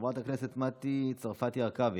חברת הכנסת מטי צרפתי הרכבי,